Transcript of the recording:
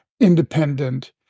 independent